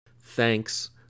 Thanks